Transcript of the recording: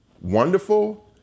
wonderful